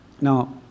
Now